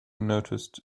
noticed